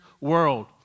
world